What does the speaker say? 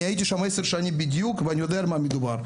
אני הייתי שם עשר שנים בדיוק ואני יודע על מה מדובר.